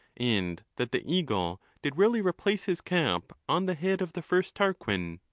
and that the eagle did really replace his cap on the head of the first tarquin.